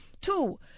Two